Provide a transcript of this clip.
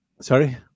Sorry